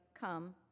Come